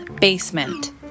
basement